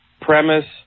Premise